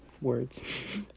words